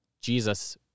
Jesus